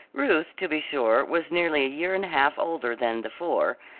ruth, to be sure, was nearly a year and a half older than the four,